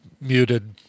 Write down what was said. muted